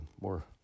more